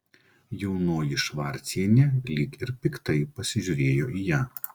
jaunoji švarcienė lyg ir piktai pasižiūrėjo į ją